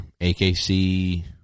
AKC